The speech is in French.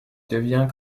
devient